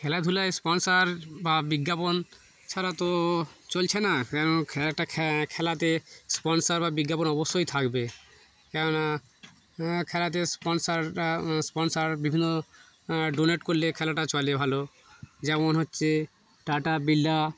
খেলাধুলায় স্পন্সর বা বিজ্ঞাপন ছাড়া তো চলছে না কেন খেলাটা খ্যা খেলাতে স্পন্সর বা বিজ্ঞাপন অবশ্যই থাকবে কেন না খেলাতে স্পন্সররা স্পন্সর বিভিন্ন ডোনেট করলে খেলাটা চলে ভালো যেমন হচ্ছে টাটা বিড়লা